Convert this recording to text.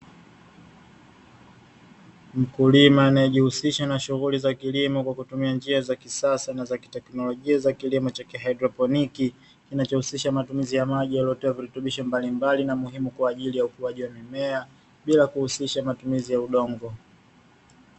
Mkulima anajihusisha na shughuli za kilimo kwa kutumia njia za kisasa na kiteknolojia cha hidroponi, kinacho husisha matumizi ya maji iliyowekewa virutubisho mbalimbali kwa ajili ya ukuwaji wa mimea bila kuhusisha matumizi ya udongo.